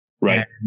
Right